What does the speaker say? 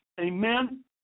Amen